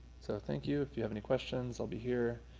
so thank you. if you have any questions, i'll be here.